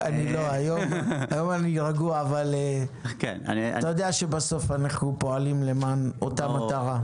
אתה יודע שבסוף אנחנו פועלים לאותה מטרה.